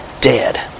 dead